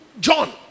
John